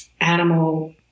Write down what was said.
animal